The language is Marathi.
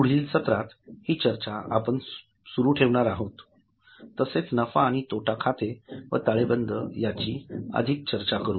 पुढील सत्रात हि चर्चा आपण सुरू ठेवणार आहोत तसेच नफा आणि तोटा खाते व ताळेबंद याची अधिक चर्चा करू